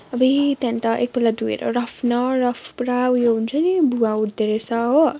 अबुई त्यहाँदेखि त एकपल्ट धुएर रफ न रफ पुरा उयो हुन्छ नि भुवा उठ्दो रहेछ हो